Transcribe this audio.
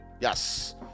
Yes